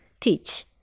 teach